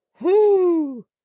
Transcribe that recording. Whoo